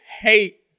hate